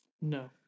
No